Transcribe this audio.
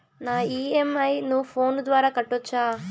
నా ఇ.ఎం.ఐ ను ఫోను ద్వారా కట్టొచ్చా?